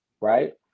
right